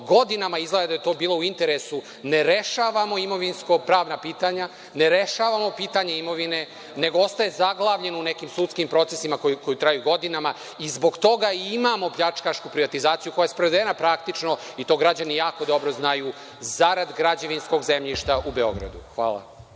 godinama, izgleda da je to bilo u interesu, ne rešavamo imovinsko-pravna pitanja, ne rešavamo pitanje imovine, nego ostaje zaglavljeno u nekim sudskim procesima koji traju godinama i zbog toga i imamo pljačkašku privatizaciju koja je sprovedena praktično i to građani jako dobro znaju zarad građevinskog zemljišta u Beogradu. Hvala.